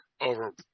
over